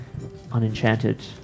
unenchanted